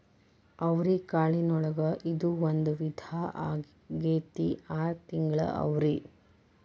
ಅವ್ರಿಕಾಳಿನೊಳಗ ಇದು ಒಂದ ವಿಧಾ ಆಗೆತ್ತಿ ಆರ ತಿಂಗಳ ಅವ್ರಿ